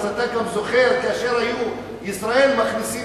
אז אתה גם זוכר כאשר ישראלים היו מכניסים